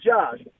Josh